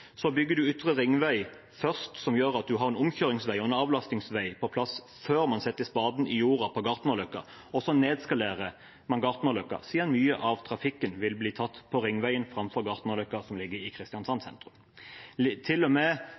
Så bygger man Ytre ringvei først, noe som gjør at man har en omkjørings- og avlastningsvei på plass før man setter spaden i jorda på Gartnerløkka, og så nedskalerer man Gartnerløkka siden mye av trafikken vil bli tatt av ringveien framfor Gartnerløkka, som ligger i Kristiansand sentrum.